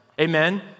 Amen